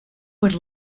would